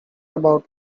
about